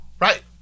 Right